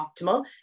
optimal